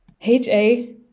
HA